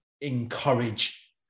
encourage